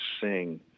sing